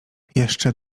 jeszcze